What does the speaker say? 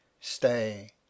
Stay